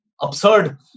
absurd